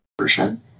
version